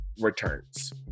returns